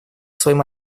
своим